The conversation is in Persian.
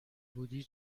بودی